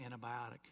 antibiotic